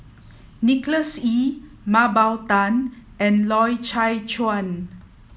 Nicholas Ee Mah Bow Tan and Loy Chye Chuan